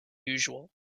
usual